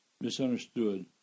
misunderstood